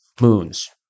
moons